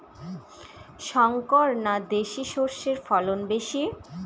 শংকর না দেশি সরষের ফলন বেশী?